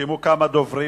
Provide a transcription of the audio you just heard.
נרשמו כמה דוברים.